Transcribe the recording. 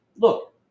look